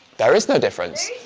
there is no difference.